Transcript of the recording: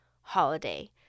holiday